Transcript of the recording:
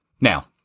Now